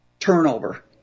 Turnover